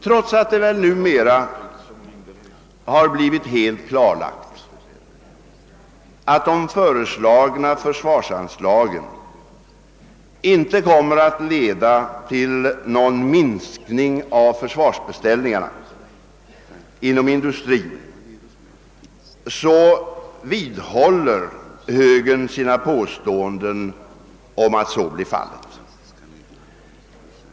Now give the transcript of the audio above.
Trots att det väl numera har blivit helt klarlagt, att de föreslagna försvarsanslagen inte kommer att leda till någon minskning av försvarsbeställningarna inom industrin vidhåller högern sina påståenden om att så blir fallet.